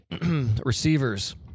Receivers